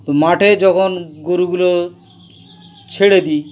তো মাঠে যখন গরুগুলো ছেড়ে দিই